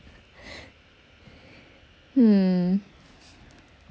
hmm